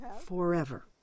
forever